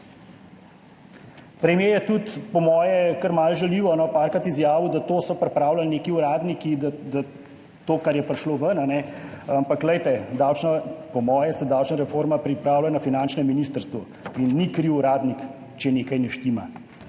Premier je tudi po mojem kar malo žaljivo nekajkrat izjavil, da so to pripravljali neki uradniki, to, kar je prišlo ven, ampak glejte, po mojem se davčna reforma pripravlja na finančnem ministrstvu in ni kriv uradnik, če nekaj ne štima.